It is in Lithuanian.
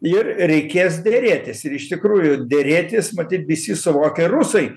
ir reikės derėtis ir iš tikrųjų derėtis matyt visi suvokia rusai